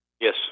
Yes